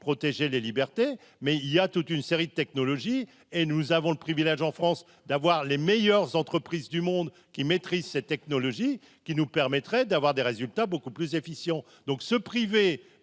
protéger les libertés, mais il y a toute une série de technologies et nous avons le privilège en France d'avoir les meilleures entreprises du monde, qui maîtrisent cette technologie qui nous permettrait d'avoir des résultats beaucoup plus efficient donc se priver